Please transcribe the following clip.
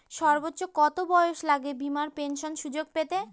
সর্বোচ্চ কত বয়স লাগে বীমার পেনশন সুযোগ পেতে?